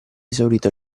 esaurito